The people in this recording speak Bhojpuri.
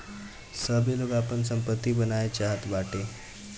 सबै लोग आपन सम्पत्ति बनाए चाहत बाटे